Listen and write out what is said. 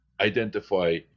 identify